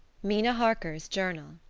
mina harker's journal